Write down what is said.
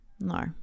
no